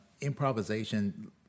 improvisation